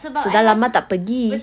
sudah lama tak pergi